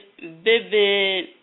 vivid